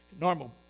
Normal